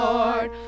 Lord